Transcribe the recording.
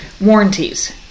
warranties